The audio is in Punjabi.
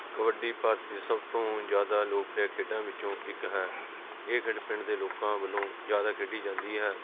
ਕਬੱਡੀ ਭਾਰਤ ਦੀ ਸਭ ਤੋਂ ਜ਼ਿਆਦਾ ਲੋਕਪ੍ਰਿਯ ਖੇਡਾਂ ਵਿੱਚੋਂ ਇੱਕ ਹੈ ਇਹ ਖੇਡ ਪਿੰਡ ਦੇ ਲੋਕਾਂ ਵੱਲੋਂ ਜ਼ਿਆਦਾ ਖੇਡੀ ਜਾਂਦੀ ਹੈ